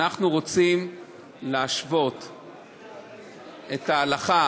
אנחנו רוצים להשוות את ההלכה